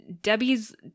Debbie's